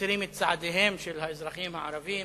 המצרים את צעדיהם של האזרחים הערבים,